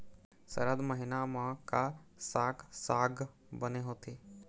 सरद महीना म का साक साग बने होथे?